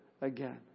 again